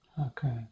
Okay